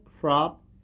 crop